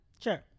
sure